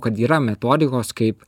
kad yra metodikos kaip